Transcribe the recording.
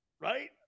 Right